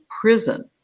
prison